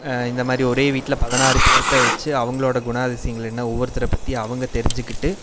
இந்தமாதிரி ஒரே வீட்டில பதினாறு பேர்த்த வச்சு அவங்களோட குணாதிசயங்கள் என்ன ஒவ்வொருத்தரை பற்றி அவங்க தெரிஞ்சிக்கிட்டு